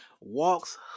walks